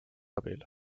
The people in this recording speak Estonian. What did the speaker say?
abil